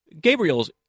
gabriel's